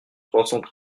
soixante